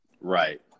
Right